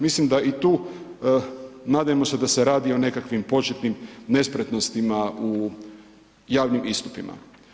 Mislim da i tu nadajmo se da se radi o nekakvim početnim nespretnostima u javnim istupima.